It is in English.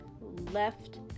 left